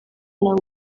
ngo